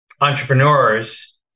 entrepreneurs